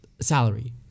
salary